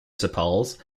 sepals